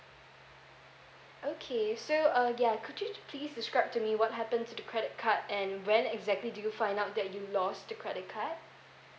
okay so uh ya could you please describe to me what happened to the credit card and when exactly did you find out that you lost the credit card